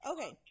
Okay